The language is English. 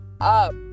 up